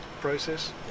process